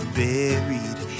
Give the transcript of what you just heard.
buried